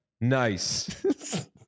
Nice